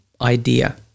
idea